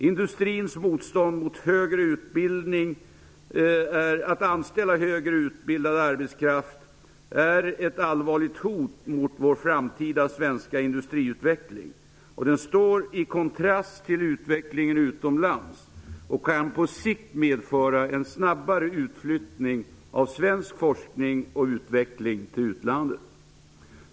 Industrins motstånd mot att anställa högre utbildad arbetskraft är ett allvarligt hot mot vår framtida svenska industriutveckling. Det står i kontrast till utvecklingen utomlands och kan på sikt medföra en snabbare utflyttning av svensk forskning och utveckling till utlandet.